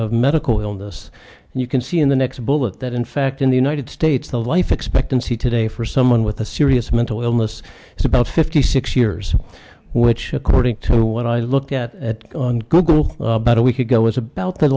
of medical illness and you can see in the next bullet that in fact in the united states the life expectancy today for someone with a serious mental illness is about fifty six years which according to what i looked at on google about a week ago is about the